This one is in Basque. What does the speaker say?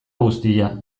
guztia